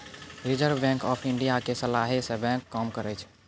reserve bank of India के सलाहे से बैंक काम करै छै